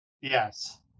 Yes